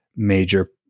major